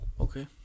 okay